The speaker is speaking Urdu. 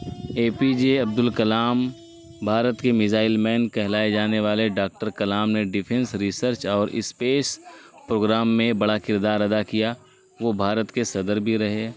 اے پی جے عبد الکلام بھارت کے میزائل مین کہلائے جانے والے ڈاکٹر کلام نے ڈیفینس ریسرچ اور اسپیس پروگرام میں بڑا کردار ادا کیا وہ بھارت کے صدر بھی رہے